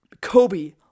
Kobe